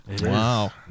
Wow